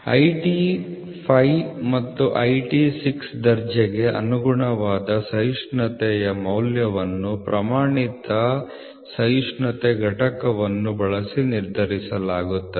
IT 5 ರಿಂದ IT 16 ದರ್ಜೆಗೆ ಅನುಗುಣವಾದ ಸಹಿಷ್ಣುತೆಯ ಮೌಲ್ಯವನ್ನು ಪ್ರಮಾಣಿತ ಸಹಿಷ್ಣುತೆ ಘಟಕವನ್ನು ಬಳಸಿ ನಿರ್ಧರಿಸಲಾಗುತ್ತದೆ